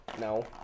No